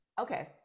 okay